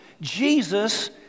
Jesus